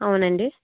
అవును అండి